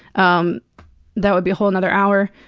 um that would be a whole nother hour.